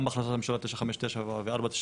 גם בהחלטת הממשלה 959 ו-4798,